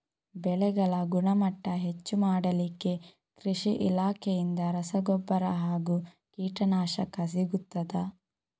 ಬೆಳೆಗಳ ಗುಣಮಟ್ಟ ಹೆಚ್ಚು ಮಾಡಲಿಕ್ಕೆ ಕೃಷಿ ಇಲಾಖೆಯಿಂದ ರಸಗೊಬ್ಬರ ಹಾಗೂ ಕೀಟನಾಶಕ ಸಿಗುತ್ತದಾ?